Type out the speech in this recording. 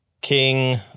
king